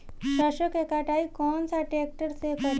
सरसों के कटाई कौन सा ट्रैक्टर से करी?